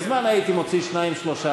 מזמן הייתי מוציא שניים-שלושה,